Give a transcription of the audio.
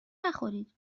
نخورید